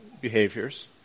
behaviors